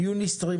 ליוניסטרים.